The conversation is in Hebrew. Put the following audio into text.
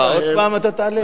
עוד פעם אתה תעלה?